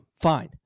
Fine